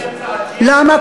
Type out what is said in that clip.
למה?